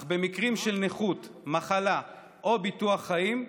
אך במקרים של נכות, מחלה או ביטוח חיים,